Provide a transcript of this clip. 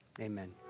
Amen